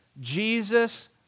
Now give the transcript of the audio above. Jesus